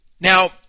Now